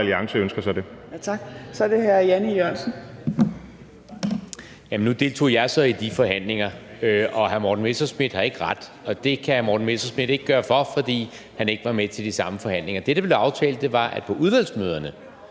Nu deltog jeg så i de forhandlinger. Hr. Morten Messerschmidt har ikke ret, og det kan hr. Morten Messerschmidt ikke gøre for, fordi han ikke var med til de samme forhandlinger. Det, der blev aftalt, var, at på udvalgsmøderne